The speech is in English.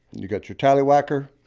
you got your tallywhacker.